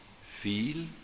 feel